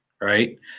right